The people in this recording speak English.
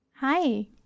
Hi